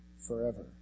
forever